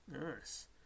Nice